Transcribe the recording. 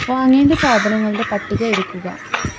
വാങ്ങേണ്ട സാധനങ്ങളുടെ പട്ടിക എടുക്കുക